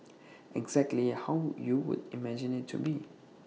exactly how you would imagine IT to be